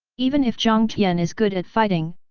even if jiang tian is good at fighting,